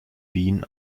wien